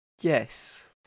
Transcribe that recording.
yes